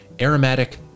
aromatic